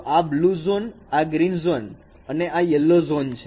તો આ blue zone આ ગ્રીન ઝોન અને આ યલ્લો ઝોન છે